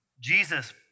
Jesus